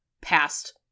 past